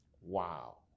Wow